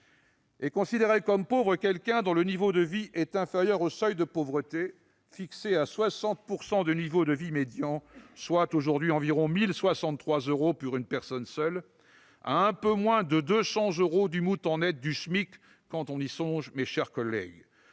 Est considéré comme pauvre celui dont le niveau de vie est inférieur au seuil de pauvreté, fixé à 60 % du niveau de vie médian, soit aujourd'hui 1 063 euros pour une personne seule, à un peu moins de 200 euros du montant net du SMIC quand on y songe, mes chers collègues